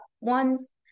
ones